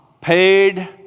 Paid